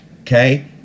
okay